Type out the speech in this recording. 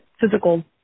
physical